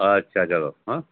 અચ્છા ચલો હં